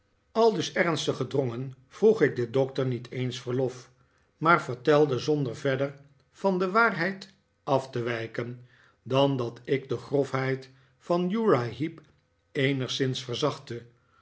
aldus ernstig gedrongen vroeg ik den doctor niet eens verlof maar vertelde zonder verder van de waarheid af te wijken dan dat ik de grofheid van uriah heep eenigszins verzachtte